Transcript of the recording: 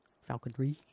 Falconry